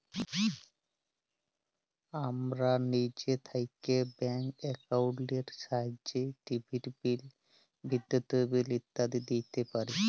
আমরা লিজে থ্যাইকে ব্যাংক একাউল্টের ছাহাইয্যে টিভির বিল, বিদ্যুতের বিল ইত্যাদি দিইতে পারি